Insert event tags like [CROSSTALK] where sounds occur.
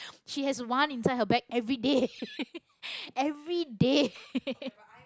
she has one inside her bag everyday [LAUGHS] everyday [LAUGHS]